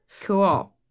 Cool